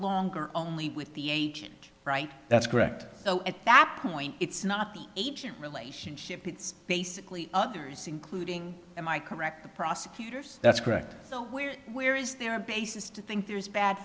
longer only with the age right that's correct at that point it's not the agent relationship it's basically others including am i correct the prosecutors that's correct so where where is there a basis to think there is a bad